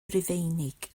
rufeinig